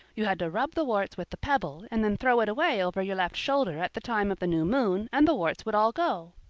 you had to rub the warts with the pebble and then throw it away over your left shoulder at the time of the new moon and the warts would all go.